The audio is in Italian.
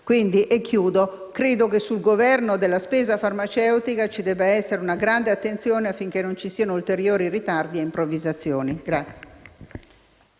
Concludendo, credo dunque che sul governo della spesa farmaceutica ci debba essere una grande attenzione, affinché non ci siano ulteriori ritardi e improvvisazioni.*(Applausi